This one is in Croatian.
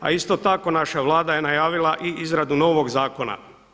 A isto tako, naša Vlada je najavila i izradu novoga zakona.